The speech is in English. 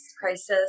crisis